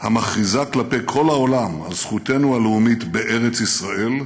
המכריזה כלפי כל העולם על זכותנו הלאומית בארץ ישראל,